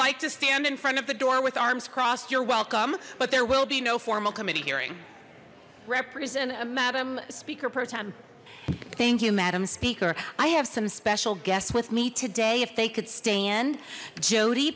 like to stand in front of the door with arms crossed you're welcome but there will be no formal committee hearing representa madam speaker pro tem thank you madam speaker i have some special guests with me today if they could stand jod